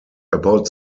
about